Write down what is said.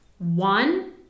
One